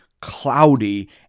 cloudy